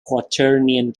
quaternion